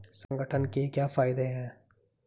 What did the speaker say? संगठन के क्या फायदें हैं?